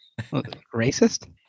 Racist